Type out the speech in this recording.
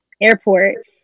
airport